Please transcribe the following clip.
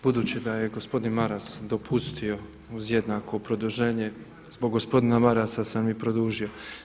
Budući da je gospodin Maras dopustio uz jednako produženje zbog gospodina Marasa sam i produžio.